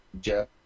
Jeff